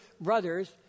brothers